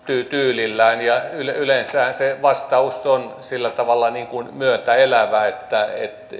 tyylillään ja yleensähän se vastaus on sillä tavalla myötäelävä että